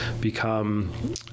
become